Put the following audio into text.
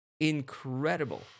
incredible